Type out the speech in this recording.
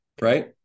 Right